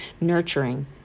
nurturing